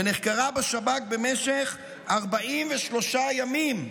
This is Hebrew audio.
ונחקרה בשב"כ במשך 43 ימים,